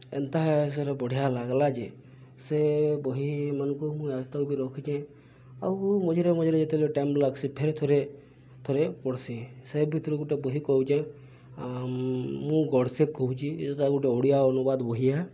ଏନ୍ତା ହିସାବ୍ରେ ବଢ଼ିଆ ଲାଗ୍ଲା ଯେ ସେ ବହିମାନ୍କୁ ମୁଇଁ ଆଏଜ୍ ତକ୍ ବି ରଖିଚେଁ ଆଉ ମଝିରେ ମଝିରେ ଯେତେବେଳେ ଟାଇମ୍ ଲାଗ୍ସି ଫେର୍ ଥରେ ଥରେ ପଡ଼୍ସିଁ ସେ ଭିତ୍ରୁ ଗୁଟେ ବହି କହୁଚେଁ ମୁଁ ଗଡ଼ଷେକ୍ କହୁଚି ସେଟା ଗୋଟେ ଓଡ଼ିଆ ଅନୁବାଦ ବହି ଆଏ